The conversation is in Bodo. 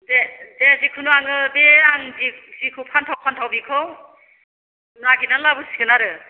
दे दे जिखुनु आङो बे आं जे जेखौ फानथाव फानथाव बेखौ नागिरना लाबोसिगोन आरो